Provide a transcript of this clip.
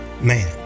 man